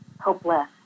hopeless